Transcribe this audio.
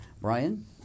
Brian